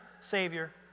savior